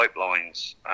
pipelines